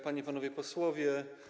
Panie i Panowie Posłowie!